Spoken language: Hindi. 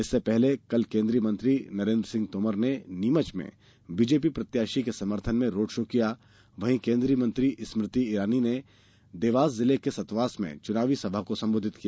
इससे पहले कल केंद्रीय मंत्री नरेंद्र सिंह तोमर ने नीमच में भाजपा प्रत्याशी के समर्थन में रोड शो किया वहीं केन्द्रीय मंत्री स्मृति रानी ने देवास जिले के सतवास में चुनावी सभा को संबोधित किया